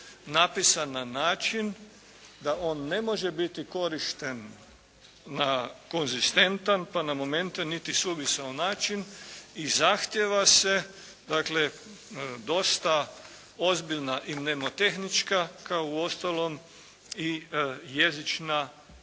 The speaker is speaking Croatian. napisan na način da on ne može biti korišten na konzistentan, pa na momente niti suvisao način i zahtjeva se dakle dosta ozbiljna i nomotehnička, kao uostalom i jezična